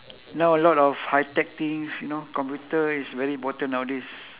now a lot of high tech things you know computer is very important nowadays